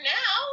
now